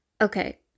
Okay